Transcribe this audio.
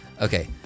Okay